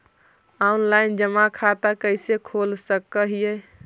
Online जमा खाता कैसे खोल सक हिय?